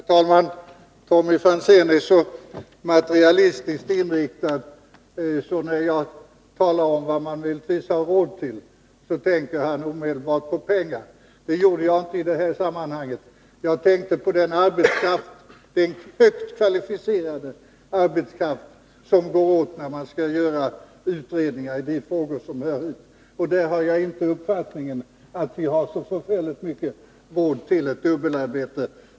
Herr talman! Tommy Franzén är så materialistiskt inriktad att när jag talar om vad vi inte har råd med tänker han omedelbart på pengar. I det här sammanhanget tänkte jag på den högt kvalificerade arbetskraft som går åt när man skall göra utredningar i dessa frågor. Min uppfattning är att vi inte har råd med så mycket dubbelarbete.